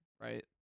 right